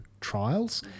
trials